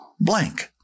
blank